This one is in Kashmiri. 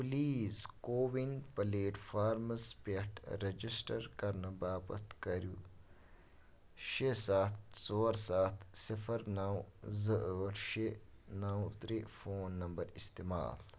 پلیٖز کووِن پلیٹفارمَس پٮ۪ٹھ رجسٹر کرنہٕ باپتھ کَرِو شےٚ سَتھ ژور سَتھ صِفر نَو زٕ ٲٹھ شےٚ نَو ترٛےٚ فون نمبر استعمال